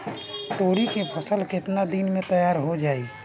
तोरी के फसल केतना दिन में तैयार हो जाई?